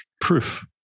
proof